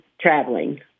traveling